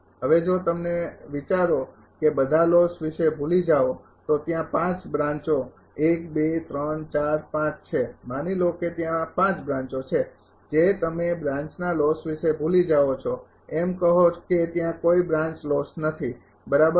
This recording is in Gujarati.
હવે જો તમને વિચારો કે બધા લોસ વિશે ભૂલી જાઓ તો ત્યાં બ્રાંચો છે માની લો કે ત્યાં બ્રાંચો છે જે તમે બ્રાન્ચના લોસ વિશે ભૂલી જાઓ છો એમ કહો કે ત્યાં કોઈ બ્રાન્ચ લોસ નથી બરાબર